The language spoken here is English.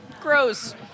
Gross